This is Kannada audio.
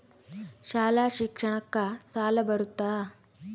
ಶಾಲಾ ಶಿಕ್ಷಣಕ್ಕ ಸಾಲ ಬರುತ್ತಾ?